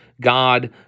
God